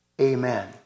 Amen